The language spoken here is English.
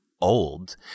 old